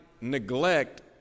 neglect